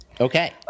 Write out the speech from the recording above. Okay